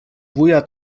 wuja